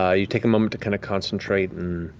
ah you take a moment to kind of concentrate and